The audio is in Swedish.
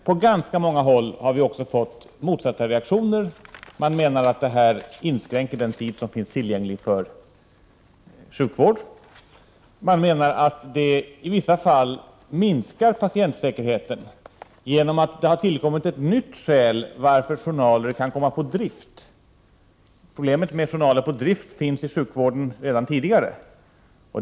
Från ganska många håll har vi emellertid fått den motsatta reaktionen; läkarna anser att signeringsplikten inskränker den tid som finns tillgänglig för sjukvård. De menar att signeringstvånget i vissa fall minskar patientsäkerheten genom att det har tillkommit ett nytt skäl till att journaler kan komma på drift. Problemet med journaler på drift fanns redan tidigare i sjukvården.